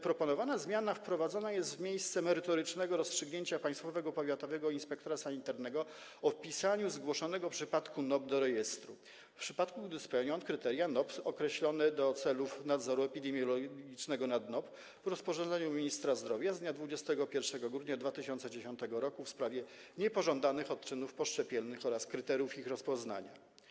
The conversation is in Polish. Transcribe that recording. Proponowana zmiana wprowadzana jest w miejsce merytorycznego rozstrzygnięcia państwowego powiatowego inspektora sanitarnego o wpisaniu zgłoszonego przypadku NOP do rejestru, w przypadku gdy spełnia on kryteria NOP określone do celów nadzoru epidemiologicznego nad NOP z rozporządzenia ministra zdrowia z dnia 21 grudnia 2010 r. w sprawie niepożądanych odczynów poszczepiennych oraz kryteriów ich rozpoznawania.